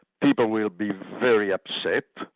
people will be very upset,